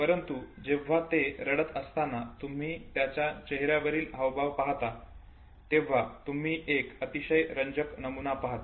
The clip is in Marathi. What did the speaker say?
परंतु जेव्हा ते रडत असताना तुम्ही त्यांच्या चेहर्यावरील हावभाव पाहता तेव्हा तुम्ही एक अतिशय रंजक नमुना पाहता